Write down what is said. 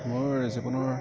মোৰ জীৱনৰ